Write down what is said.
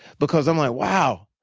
because i'm like, wow.